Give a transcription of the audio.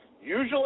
Usually